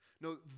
No